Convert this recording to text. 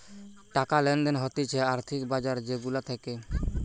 টাকা লেনদেন হতিছে আর্থিক বাজার যে গুলা থাকে